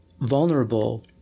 vulnerable